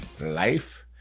life